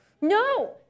No